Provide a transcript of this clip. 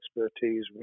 expertise